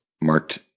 marked